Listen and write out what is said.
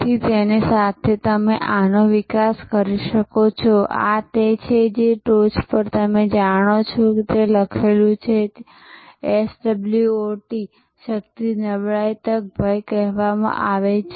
તેથી તેની સાથે તમે આનો વિકાસ કરી શકો છો આ તે છે જે તમે ટોચ પર જાણો છો તે લખેલું છે તેને SWOT શક્તિ નબળાઇ તક ભય કહેવામાં આવે છે